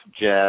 jazz